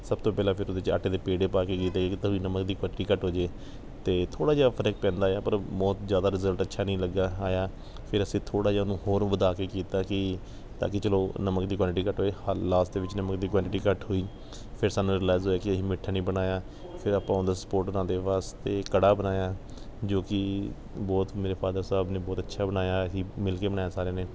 ਸਭ ਤੋਂ ਪਹਿਲਾਂ ਫਿਰ ਉਹਦੇ 'ਚ ਆਟੇ ਦੇ ਪੇੜੇ ਪਾ ਕੇ ਕਿਤੇ ਕਿ ਨਮਕ ਦੀ ਕੁਐਂਟਟੀ ਘੱਟ ਹੋਜੇ ਅਤੇ ਥੋੜ੍ਹਾ ਜਿਹਾ ਫ਼ਰਕ ਪੈਂਦਾ ਆ ਪਰ ਬਹੁਤ ਜ਼ਿਆਦਾ ਰਿਜ਼ਲਟ ਅੱਛਾ ਨਹੀਂ ਲੱਗਾ ਆਇਆ ਫਿਰ ਅਸੀਂ ਥੋੜ੍ਹਾ ਜਿਹਾ ਉਹਨੂੰ ਹੋਰ ਵਧਾ ਕੇ ਕੀਤਾ ਕਿ ਤਾਂ ਕਿ ਚਲੋ ਨਮਕ ਦੀ ਕੁਐਂਟਟੀ ਘੱਟ ਹੋਏ ਲਾਸਟ ਦੇ ਵਿੱਚ ਨਮਕ ਦੀ ਕੁਐਂਟਟੀ ਘੱਟ ਹੋਈ ਫਿਰ ਸਾਨੂੰ ਰਿਲਾਇਜ਼ ਹੋਇਆ ਕਿ ਅਸੀਂ ਮਿੱਠਾ ਨਹੀਂ ਬਣਾਇਆ ਫਿਰ ਆਪਾਂ ਓਨ ਦਾ ਸਪੋਟ ਉਹਨਾਂ ਦੇ ਵਾਸਤੇ ਕੜਾਹ ਬਣਾਇਆ ਜੋ ਕਿ ਬਹੁਤ ਮੇਰੇ ਫਾਦਰ ਸਾਹਿਬ ਨੇ ਬਹੁਤ ਅੱਛਾ ਬਣਾਇਆ ਅਸੀਂ ਮਿਲ ਕੇ ਬਣਾਇਆ ਸਾਰਿਆਂ ਨੇ